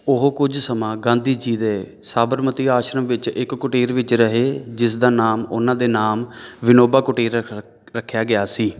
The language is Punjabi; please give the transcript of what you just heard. ਉਹ ਕੁੱਝ ਸਮਾਂ ਗਾਂਧੀ ਜੀ ਦੇ ਸਾਬਰਮਤੀ ਆਸ਼ਰਮ ਵਿੱਚ ਇੱਕ ਕੁਟੀਰ ਵਿੱਚ ਰਹੇ ਜਿਸ ਦਾ ਨਾਮ ਉਹਨਾਂ ਦੇ ਨਾਮ ਵਿਨੋਬਾ ਕੁਟੀਰ ਰ ਰੱਖਿਆ ਗਿਆ ਸੀ